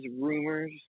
rumors